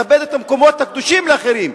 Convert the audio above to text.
לכבד את המקומות הקדושים לאחרים.